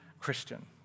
Christian